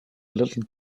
little